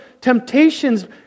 temptations